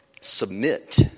submit